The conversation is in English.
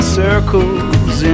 circles